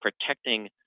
protecting